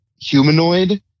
Humanoid